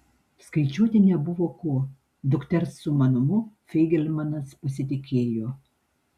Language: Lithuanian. skaičiuoti nebuvo ko dukters sumanumu feigelmanas pasitikėjo